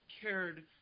cared